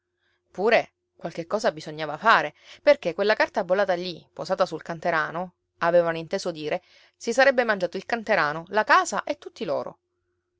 pure qualche cosa bisognava fare perché quella carta bollata lì posata sul canterano avevano inteso dire si sarebbe mangiato il canterano la casa e tutti loro